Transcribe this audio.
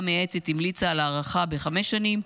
המייעצת המליצה על הארכה בחמש שנים,